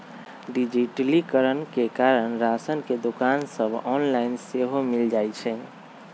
डिजिटलीकरण के कारण राशन के दोकान सभ ऑनलाइन सेहो मिल जाइ छइ